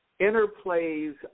interplays